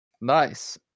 nice